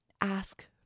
Ask